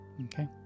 Okay